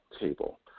table